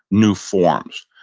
new forms.